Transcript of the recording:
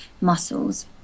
muscles